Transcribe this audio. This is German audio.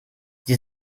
sie